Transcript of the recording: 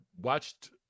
watched